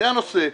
זה הנושא.